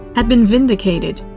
had been vindicated.